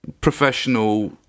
professional